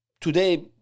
today